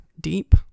deep